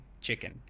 chicken